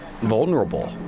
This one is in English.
vulnerable